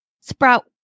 sprout